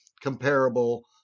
Comparable